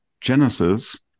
genesis